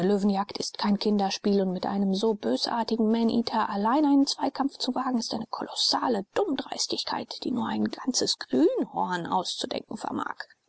löwenjagd ist kein kinderspiel und mit einem so bösartigen maneater allein einen zweikampf zu wagen ist eine kolossale dummdreistigkeit die nur ein ganzes grünhorn auszudenken vermag